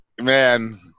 man